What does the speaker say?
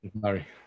sorry